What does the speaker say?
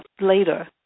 later